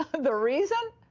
the reason?